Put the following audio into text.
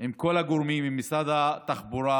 עם כל הגורמים, עם משרד התחבורה,